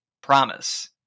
promise